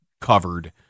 covered